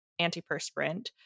antiperspirant